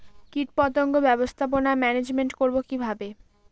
কীটপতঙ্গ ব্যবস্থাপনা ম্যানেজমেন্ট করব কিভাবে?